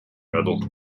riddle